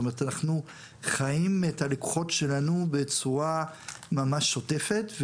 אנחנו חיים את הלקוחות שלנו בצורה ממש שוטפת.